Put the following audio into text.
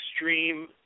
extreme